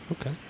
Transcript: Okay